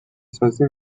سازی